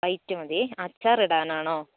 white മതി അച്ചാർ ഇടാൻ ആണോ